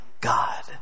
God